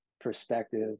perspective